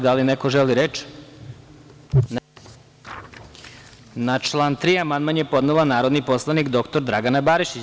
Da li neko želi reč? (Ne.) Na član 3. amandman je podnela narodni poslanik dr Dragana Barišić.